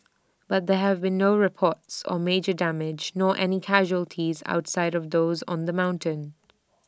but there have been no reports or major damage nor any casualties outside of those on the mountain